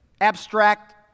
abstract